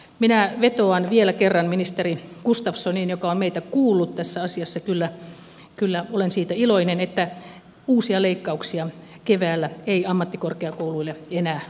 minä vetoan vielä kerran ministeri gustafssoniin joka on meitä kuullut tässä asiassa kyllä olen siitä iloinen että uusia leikkauksia keväällä ei ammattikorkeakouluille enää tulisi